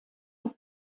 what